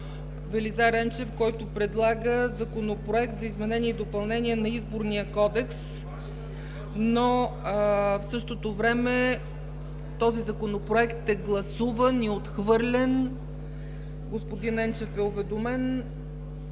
Велизар Енчев, който предлага Законопроект за изменение и допълнение на Изборния кодекс, но в същото време този Законопроект е гласуван и отхвърлен. Господин Енчев е уведомен.